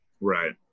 right